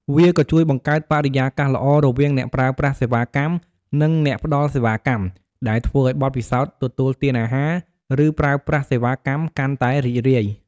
វាក៏ជួយបង្កើតបរិយាកាសល្អរវាងអ្នកប្រើប្រាស់សេវាកម្ម និងអ្នកផ្ដល់សេវាកម្ម ដែលធ្វើឲ្យបទពិសោធន៍ទទួលទានអាហារ ឬប្រើប្រាស់សេវាកម្មកាន់តែរីករាយ។